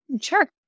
Sure